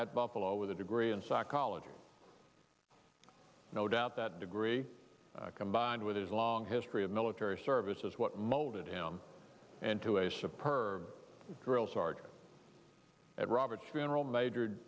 at buffalo with a degree in psychology no doubt that degree combined with his long history of military service is what molded him and to a ship perve drill sergeant at robert's funeral majored